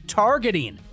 targeting